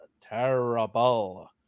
terrible